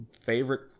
favorite